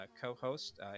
co-host